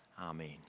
Amen